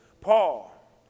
Paul